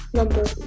number